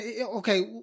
okay